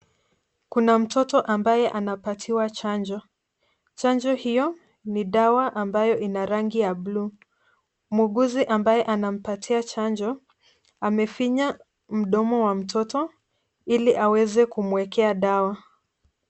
Kuna mtoto ambaye anapatiwa chanjo. Chanjo hio ni dawa ambayo ina rangi ya blue . Muuguzi ambaye anampatia chanjo, amefinya mdomo wa mtoto, ili aweze kumwekea dawa.